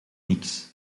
niks